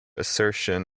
assertion